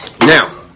Now